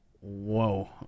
Whoa